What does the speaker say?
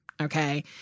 Okay